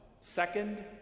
Second